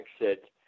exit